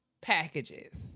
packages